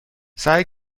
سعی